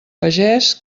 pagés